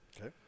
Okay